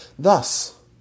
Thus